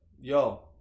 yo